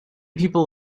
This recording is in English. people